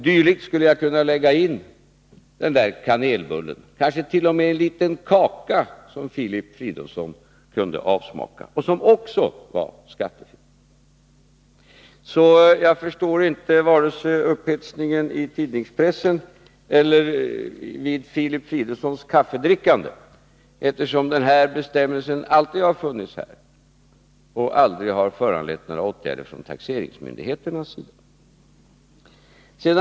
d.” skulle jag kunna lägga in den där kanelbullen, och kanske t.o.m. en liten kaka som Filip Fridolfsson kunde avsmaka och som också var skattefri. Jag förstår inte upphetsningen vare sig i tidningspressen eller vid Filip Fridolfssons kaffedrickande, eftersom den här bestämmelsen alltid har funnits och aldrig har föranlett några åtgärder från taxeringsmyndigheternas sida.